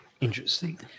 interesting